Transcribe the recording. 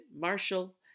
Marshall